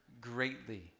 greatly